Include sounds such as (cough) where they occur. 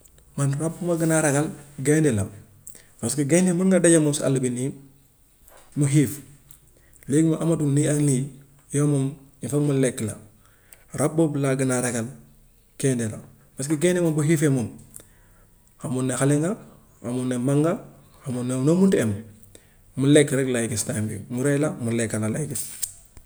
Man rab bu ma gën a ragal gaynde la parce que gaynde mun nga daje ak moom si àll bi nii mu xiif léegi moom amatul nii ak ni yow moom il foog mu lekk la. Rab boobu laa gën a ragal gaynde la parce que gaynde moom bu xiifee moom xamul ne xale nga xamul ne mag nga xamul ne noo mun ti em mu lekk rek lay gis time yooyu mu rey la mu lekk la lay gis. (noise)